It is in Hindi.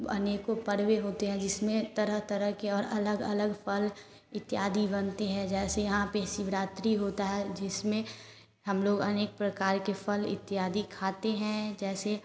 अनेकों पर्वे होते हैं जिसमें तरह तरह के और अलग अलग फल इत्यादि बनते है जैसे यहाँ पे शिवरात्रि होता है जिसमें हम लोग अनेक प्रकार के फल इत्यादि खाते हैं जैसे